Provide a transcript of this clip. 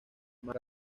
más